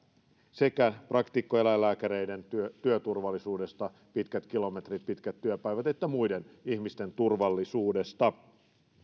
sekä praktikkoeläinlääkäreiden työturvallisuudesta pitkät kilometrit pitkät työpäivät että muiden ihmisten turvallisuudesta